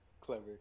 clever